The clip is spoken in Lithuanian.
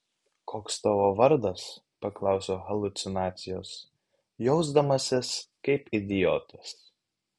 koks tavo vardas paklausiau haliucinacijos jausdamasis kaip idiotas